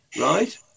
right